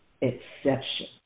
exception